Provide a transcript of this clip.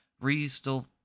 re-still